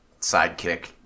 sidekick